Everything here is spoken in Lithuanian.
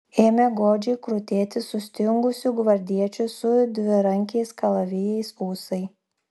ėmė godžiai krutėti sustingusių gvardiečių su dvirankiais kalavijais ūsai